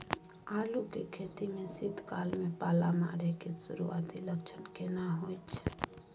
आलू के खेती में शीत काल में पाला मारै के सुरूआती लक्षण केना होय छै?